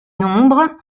nombres